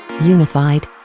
Unified